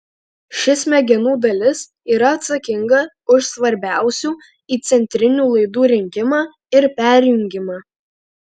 ši smegenų dalis yra atsakinga už svarbiausių įcentrinių laidų rinkimą ir perjungimą